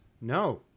No